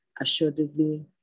assuredly